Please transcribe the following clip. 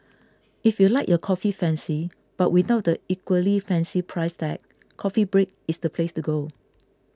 if you like your coffee fancy but without the equally fancy price tag Coffee Break is the place to go